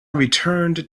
returned